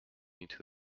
into